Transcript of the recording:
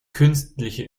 künstliche